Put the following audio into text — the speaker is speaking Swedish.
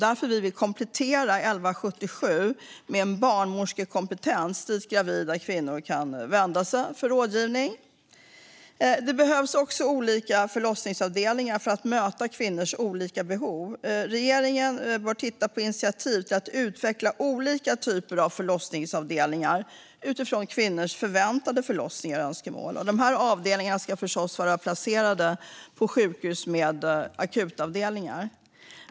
Därför vill vi komplettera 1177 med en barnmorskekompetens dit gravida kvinnor kan vända sig för rådgivning. Det behövs också olika förlossningsavdelningar för att möta kvinnors olika behov. Regeringen bör titta på initiativ till att utveckla olika typer av förlossningsavdelningar utifrån kvinnors förväntade förlossningar och önskemål. Dessa avdelningar ska förstås vara placerade på sjukhus med akutavdelningar.